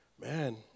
man